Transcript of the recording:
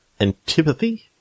antipathy